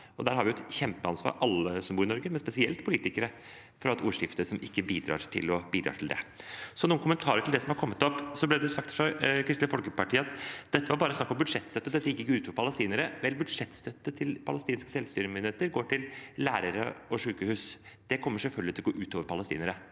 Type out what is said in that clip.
hverandre. Der har alle som bor i Norge, men spesielt politikere, et kjempeansvar for at ordskiftet ikke bidrar til det. Så noen kommentarer til det som har kommet opp. Det ble sagt fra Kristelig Folkeparti at dette bare var snakk om budsjettstøtte, dette gikk ikke ut over palestinere. Vel, budsjettstøtte til palestinske selvstyremyndigheter går til lærere og sykehus. Det kommer selvfølgelig til å gå ut over palestinere.